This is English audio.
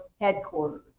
headquarters